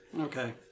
Okay